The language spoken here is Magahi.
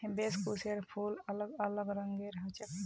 हिबिस्कुसेर फूल अलग अलग रंगेर ह छेक